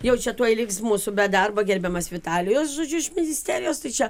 jau čia tuoj liks mūsų be darbo gerbiamas vitalijaus žodžiu iš ministerijos tai čia